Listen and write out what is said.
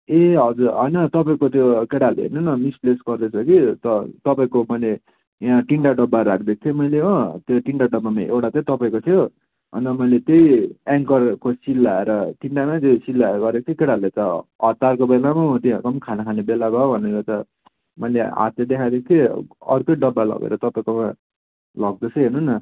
ए हजुर होइन तपाईँको त्यो केटाहरूको हेर्नु न मिसप्लेस गरिदिएछ कि तपाईँको मैले यहाँ तिनवटा डब्बा राखिदिएको थिएँ मैले हो त्यो तिनवटा डब्बामा एउटा चाहिँ तपाईँको थियो अन्त मैले त्यही एङ्करको सिल लगाएर तिनवटामै त्यो सिल लाएर गरेको थिएँ केटाहरूले त हतारको बेलामा तिनीहरूको पनि खाना खाने बेला भयो भनेर त मैले हातले देखाइदिएको थिएँ अर्कै डब्बा लगेर तपाईँकोमा लगिदिएछ हेर्नु न